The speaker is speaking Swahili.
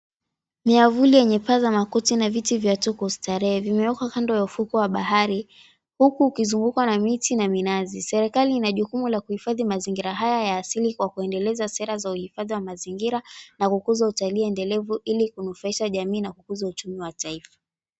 Miavuli yenye paa za makuti na viti vya tuko ustarehe. Vimewekwa kando ya ufukwe wa bahari huku ukizungukwa na miti na minazi. Serikali ina jukumu la kuhifadhi mazingira haya ya asili kwa kuendeleza sera za uhifadhi wa mazingira na kukuza utalii endelevu ili kunufaisha jamii na kukuza uchumi wa taifa.